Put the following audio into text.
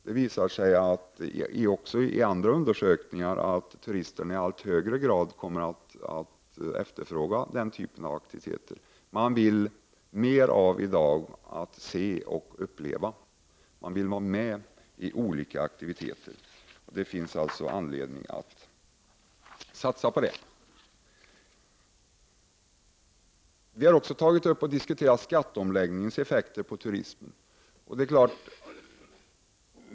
Det visar sig också i andra undersökningar att turisterna i allt högre grad kommer att efterfråga den typen av aktiviteter. De vill i dag se och uppleva mer och vara med i olika aktiviteter. Det finns alltså anledning att satsa på detta. Vi har också tagit upp och diskuterat skatteomläggningens effekter på turismen.